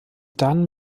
dann